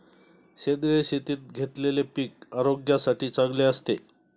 सेंद्रिय शेतीत घेतलेले पीक आरोग्यासाठी चांगले असते